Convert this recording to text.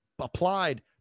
applied